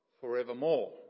forevermore